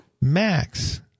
Max